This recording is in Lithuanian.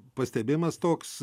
pastebėjimas toks